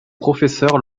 professeurs